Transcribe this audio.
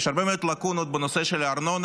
יש הרבה מאוד לקונות בנושא של הארנונה,